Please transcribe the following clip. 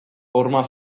horma